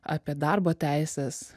apie darbo teises